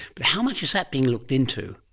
but how much is that being looked into,